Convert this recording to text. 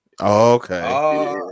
Okay